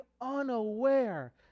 unaware